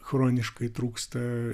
chroniškai trūksta